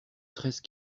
treize